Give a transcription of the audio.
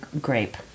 grape